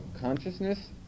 consciousness